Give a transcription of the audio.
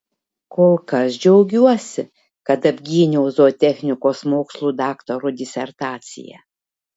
kol kas džiaugiuosi kad apgyniau zootechnikos mokslų daktaro disertaciją